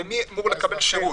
מי אמור לקבל שירות?